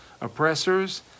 Oppressors